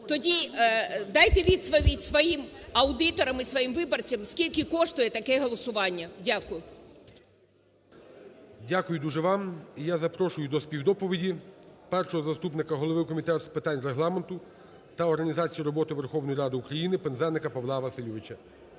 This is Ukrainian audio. Тоді дайте відповідь своїм аудиторам, своїм виборцям, скільки коштує таке голосування. Дякую. ГОЛОВУЮЧИЙ. Дякую дуже вам. І я запрошую до співдоповіді першого заступника голови Комітету з питань з Регламенту та організації роботи Верховної Ради України Пинзеника Павла Васильовича.